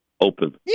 Open